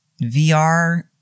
VR